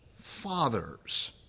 fathers